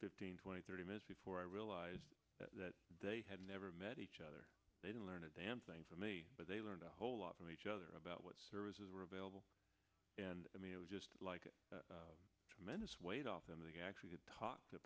fifteen twenty thirty minutes before i realized that they had never met each other they didn't learn a damn thing for me but they learned a whole lot from each other about what services were available and i mean it was just like a tremendous weight off of the actually to ta